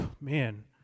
Man